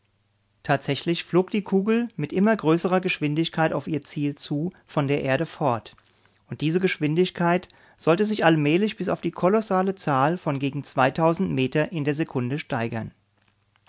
tatsächlich flog die kugel mit immer größerer geschwindigkeit auf ihr ziel zu von der erde fort und diese geschwindigkeit sollte sich allmählich bis auf die kolossale zahl von gegen zweitausend meter in der sekunde steigern